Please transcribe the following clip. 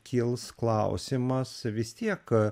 kils klausimas vis tiek